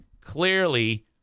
clearly